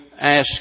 ask